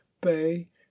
bay